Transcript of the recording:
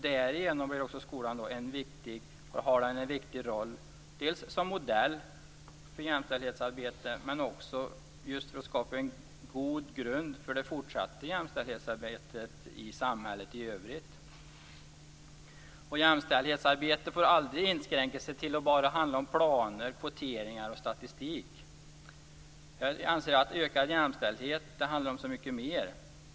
Därigenom har skolan också en viktig roll dels som modell för jämställdhetsarbete, dels för att skapa en god grund för det fortsatta jämställdhetsarbetet i samhället i övrigt. Jämställdhetsarbete får aldrig inskränka sig till att bara handla om planer, kvoteringar och statistik. Jag anser att ökad jämställdhet handlar om så mycket mer.